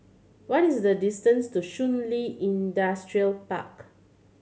what is the distance to Shun Li Industrial Park